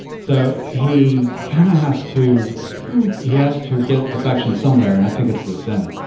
so he kind of has to he has to get affection somewhere. and i think it's the senate.